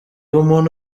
umuntu